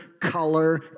color